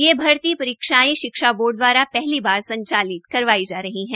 ये भर्ती परिक्षायें शिक्षा बोर्ड द्वारा पहली बार संचालित करवाई जा रही है